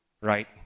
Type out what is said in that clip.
Right